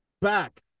back